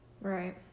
Right